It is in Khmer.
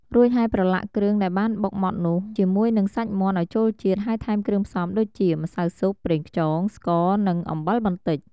រួចហើយប្រឡាក់គ្រឿងដែលបានបុកម៉ដ្ឋនោះជាមួយនិងសាច់មាន់ឱ្យចូលជាតិ ហើយថែមគ្រឿងផ្សំដូចជា ម្សៅស៊ុប ប្រេងខ្យង ស្ករ និង អំបិលបន្តិច។